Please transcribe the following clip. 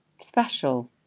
special